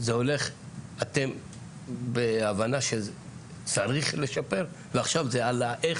אתם בהבנה שצריך לשפר ועכשיו זה על האיך